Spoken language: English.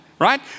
right